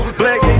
black